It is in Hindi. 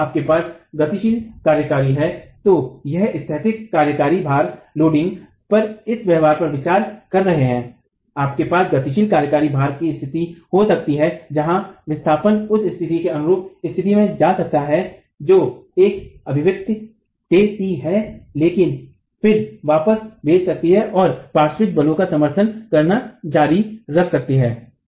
यदि आपके पास गतिशील कार्यकारी भार है तो हम स्थैतिक कार्यकारी भार पर इस व्यवहार पर विचार कर रहे हैं आपके पास गतिशील कार्यकारी भार में स्थितियां हो सकती हैं जहां विस्थापन उस स्थिति के अनुरूप स्थिति में जा सकता है जो यह अभिव्यक्ति देती है लेकिन फिर वापस भेज सकती है और पार्श्विक बलों का समर्थन करना जारी रख सकती है